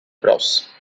bros